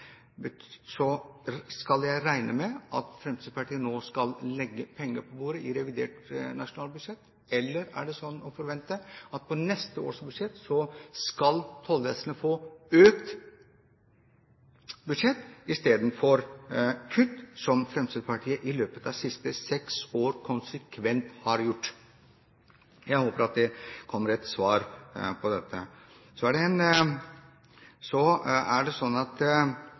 skal jeg regne med at Fremskrittspartiet nå skal legge penger på bordet i forbindelse med revidert nasjonalbudsjett, eller er det sånn å forvente at på neste års budsjett skal tollvesenet få økt budsjett i stedet for kutt, som Fremskrittspartiet i løpet av de siste seks årene konsekvent har foreslått? Jeg håper at det kommer et svar på dette. Så er det